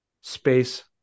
Space